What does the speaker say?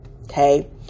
okay